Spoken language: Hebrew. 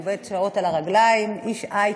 ועובד שעות על הרגליים, איש הייטק.